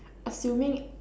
assuming